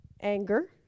Anger